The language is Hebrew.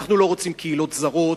אנחנו לא רוצים קהילות זרות,